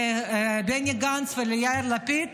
לבני גנץ וליאיר לפיד,